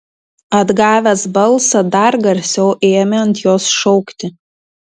atgavęs balsą dar garsiau ėmė ant jos šaukti